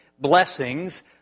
blessings